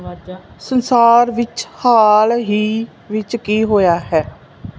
ਸੰਸਾਰ ਵਿੱਚ ਹਾਲ ਹੀ ਵਿੱਚ ਕੀ ਹੋਇਆ ਹੈ